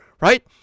right